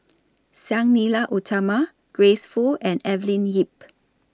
Sang Nila Utama Grace Fu and Evelyn Lip